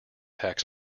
tax